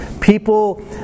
People